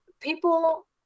people